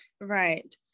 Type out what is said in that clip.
Right